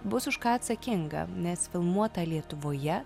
bus už ką atsakinga nes filmuota lietuvoje